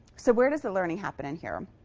so where does the learning happen in here?